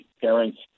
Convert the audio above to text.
parents